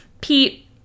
Pete